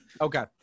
Okay